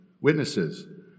witnesses